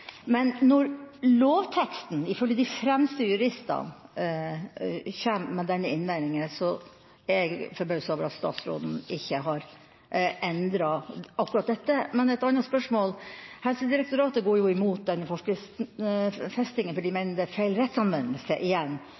Men et annet spørsmål: Helsedirektoratet går imot denne forskriftsfestingen fordi de mener det er feil rettsanvendelse,